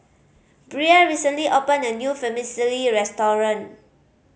Bria recently opened a new Vermicelli restaurant